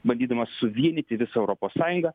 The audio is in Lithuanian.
bandydamas suvienyti visą europos sąjungą